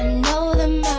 know them